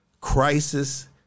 crisis